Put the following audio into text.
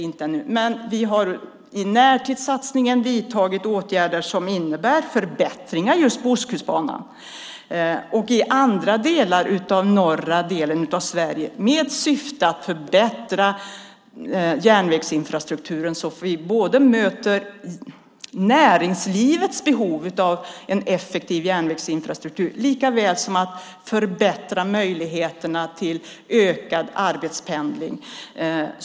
Men som en närtidssatsning har vi vidtagit åtgärder som innebär förbättringar på just Ostkustbanan och i andra delar av norra Sverige i syfte att förbättra järnvägsinfrastrukturen så att vi både möter näringslivets behov av en effektiv järnvägsinfrastruktur och ökar möjligheterna till arbetspendling.